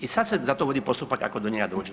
I sada se za to vodi postupak ako do njega dođe.